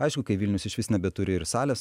aišku kai vilnius išvis nebeturi ir salės